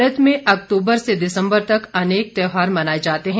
भारत में अक्टूबर से दिसंबर तक अनेक त्योहार मनाए जाते हैं